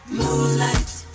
Moonlight